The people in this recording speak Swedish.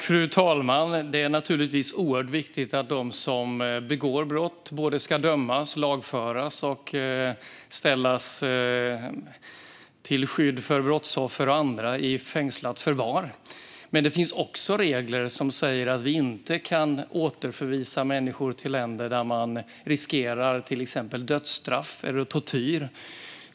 Fru talman! Det är naturligtvis oerhört viktigt att de som begår brott ska dömas, lagföras och till skydd för brottsoffer och andra sättas i fängslat förvar. Men det finns också regler som säger att vi inte kan återförvisa människor till länder där de riskerar till exempel dödsstraff eller tortyr.